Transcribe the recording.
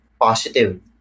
positive